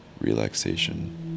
relaxation